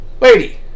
Lady